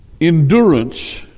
endurance